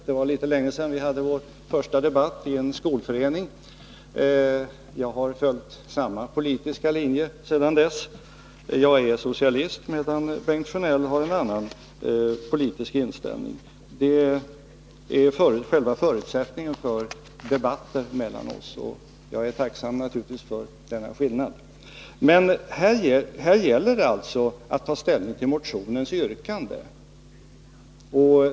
Det är länge sedan vi hade vår första debatt i en skolförening. Jag har följt samma politiska linje sedan dess. Jag är socialist, medan Bengt Sjönell har en annan politisk inställning. Det är själva förutsättningen för debatter mellan oss. Och jag är naturligtvis tacksam för denna skillnad. Men här gäller det alltså att ta ställning till motionens yrkande.